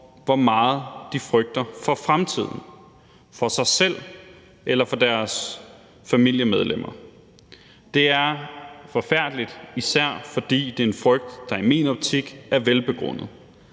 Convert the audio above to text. hvor meget de frygter for fremtiden for sig selv eller for deres familiemedlemmer. Det er forfærdeligt, især fordi det er en frygt, der i min optik er velbegrundet,